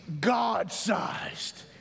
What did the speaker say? God-sized